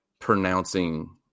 pronouncing